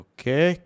Okay